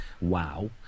Wow